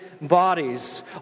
bodies